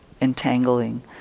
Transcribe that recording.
entangling